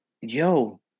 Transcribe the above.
Yo